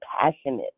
passionate